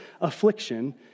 affliction